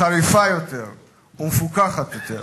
חריפה יותר ומפוכחת יותר.